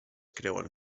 creuen